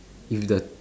if the